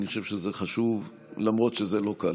אני חושב שזה חשוב, למרות שזה לא קל.